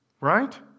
right